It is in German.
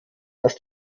dass